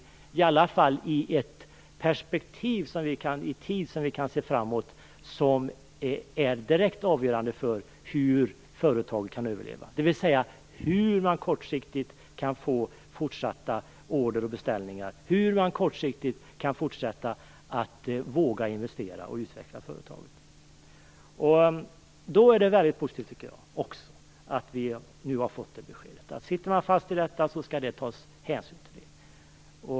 Det gäller i varje fall det tidsperspektiv som vi kan överblicka och som är direkt avgörande för hur företaget kan överleva. Det handlar om vilka möjligheter man kortsiktigt har att få order och beställningar, hur man kortsiktigt kan fortsätta att våga investera och utveckla företaget. Det är därför positivt att vi nu har fått besked om att hänsyn skall tas i sådana fall.